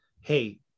hey